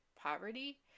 poverty